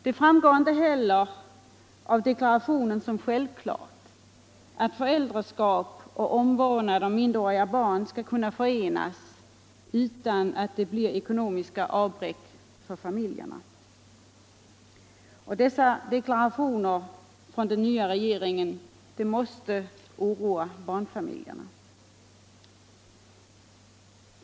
Det framgår inte heller av deklarationen att det är självklart att föräldraskap och omvårdnad av minderåriga barn skall kunna förenas utan att det blir ekonomiska avbräck för familjerna. Dessa deklarationer från den nya regeringen måste oroa barnfamiljerna.